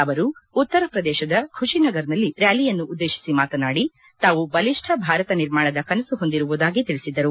ಅವರು ಉತ್ತರಪ್ರದೇಶದ ಖುಷಿನಗರ್ನಲ್ಲಿ ರ್ಕಾಲಿಯನ್ನು ಉದ್ದೇಶಿಸಿ ಮಾತನಾಡಿ ತಾವು ಬಲಿಷ್ಠ ಭಾರತ ನಿರ್ಮಾಣದ ಕನಸು ಹೊಂದಿರುವುದಾಗಿ ತಿಳಿಸಿದರು